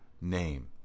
name